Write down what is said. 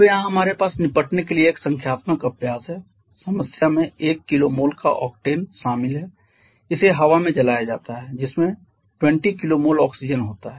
अब यहाँ हमारे पास निपटने के लिए एक संख्यात्मक अभ्यास है समस्या में 1 kmol का ओक्टेन शामिल है इसे हवा में जलाया जाता है जिसमें 20 kmol ऑक्सीजन होता है